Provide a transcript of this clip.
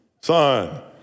son